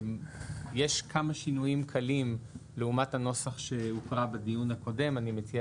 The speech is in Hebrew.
יש כמה שינויים קלים לעומת הנוסח שהוקרא בדיון הקודם ואני מציע